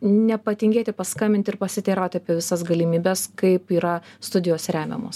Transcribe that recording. nepatingėti paskambinti ir pasiteiraut apie visas galimybes kaip yra studijos remiamos